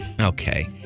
Okay